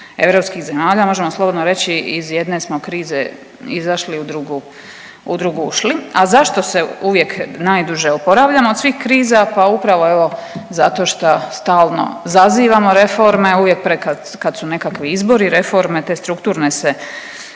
europskih zemalja. Možemo slobodno reći iz jedne smo krize izašli u drugu ušli. A zašto se uvijek najduže oporavljamo od svih kriza? Pa upravo evo zato šta stalno zazivamo reforme, uvijek kad su nekakvi izbori reforme te strukturne se